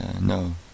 No